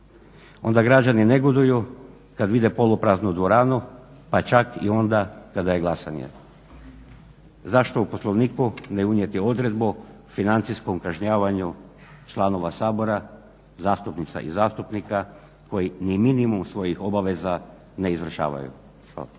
onda građani negoduju kad vide polupraznu dvoranu pa čak i onda kada je glasanje. Zašto u Poslovniku ne unijeti odredbu o financijskom kažnjavanju članova Sabora, zastupnica i zastupnika koji ni minimum svojih obaveza ne izvršavaju.